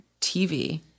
TV